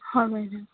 হয় বাইদেউ